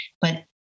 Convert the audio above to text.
But-